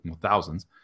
thousands